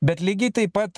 bet lygiai taip pat